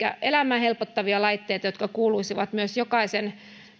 elämää helpottavia laitteita jotka kuuluisivat jokaisen